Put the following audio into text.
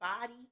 body